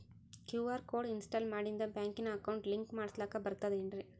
QR code install ಮಾಡಿಂದ ಬ್ಯಾಂಕಿನ account link ಮಾಡಸ್ಲಾಕ ಬರ್ತದೇನ್ರಿ